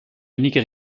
unique